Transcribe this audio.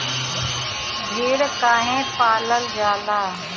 भेड़ काहे पालल जाला?